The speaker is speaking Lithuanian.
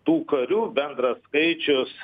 tų karių bendras skaičius